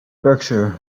berkshire